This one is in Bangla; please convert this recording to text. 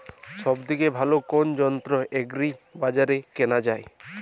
সব থেকে ভালো কোনো যন্ত্র এগ্রি বাজারে কেনা যায়?